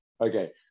Okay